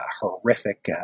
horrific